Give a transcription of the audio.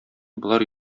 болар